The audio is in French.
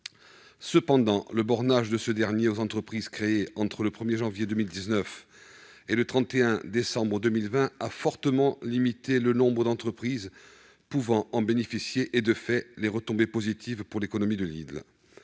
restriction de ce mécanisme aux entreprises créées entre le 1 janvier 2019 et le 31 décembre 2020 a fortement limité le nombre d'entreprises pouvant en bénéficier, donc les retombées positives pour l'économie de l'île.